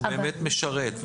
שהוא באמת משרת,